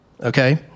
okay